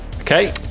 Okay